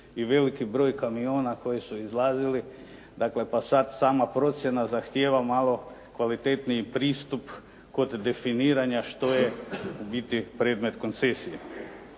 i veliki broj kamiona koji su izlazili, dakle pa sada sama procjena zahtjeva malo kvalitetniji pristup kod definiranja što je u biti predmet koncesije.